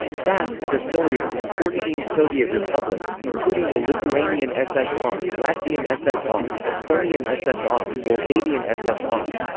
tass had affiliates in fourteen soviet republics, including the lithuanian ssr, latvian ssr, estonian ssr, moldavian ssr.